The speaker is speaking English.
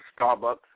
Starbucks